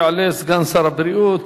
יעלה סגן שר הבריאות